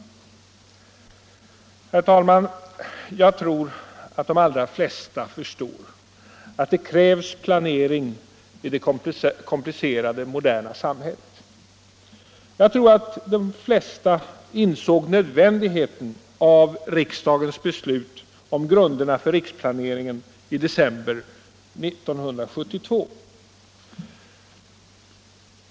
Herr talman! Jag tror att de allra flesta förstår att det krävs planering i det komplicerade moderna samhället. De flesta insåg nödvändigheten av riksdagens beslut i december 1972 om grunderna för riksplaneringen.